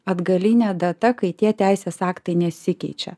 atgalinė data kai tie teisės aktai nesikeičia